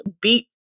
beat